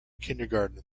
kindergarten